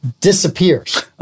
disappears